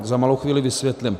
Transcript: Za malou chvíli vysvětlím.